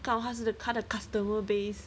刚好那时他的 customer base